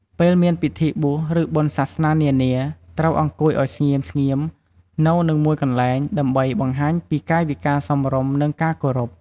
ពេលមានពិធីបួស ឬបុណ្យសាសនា នានាត្រូវអង្គុយឲ្យស្ងៀមៗនៅនឹងមួយកន្លែង ដើម្បីបង្ហាញពីកាយវិការសមរម្យ និងការគោរព។